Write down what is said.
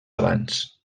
abans